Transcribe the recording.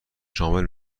شامل